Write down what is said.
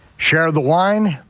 share the wine,